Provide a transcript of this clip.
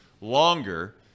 longer